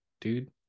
dude